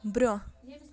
برٛونٛہہ